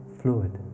fluid